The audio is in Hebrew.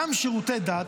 וגם שירותי דת.